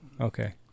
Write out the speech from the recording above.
Okay